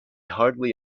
hardly